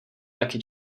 taky